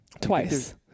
twice